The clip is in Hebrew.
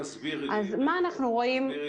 תסבירי לי את זה.